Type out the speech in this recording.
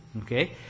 Okay